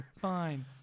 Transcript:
fine